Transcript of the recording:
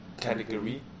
category